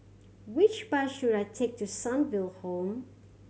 which bus should I take to Sunnyville Home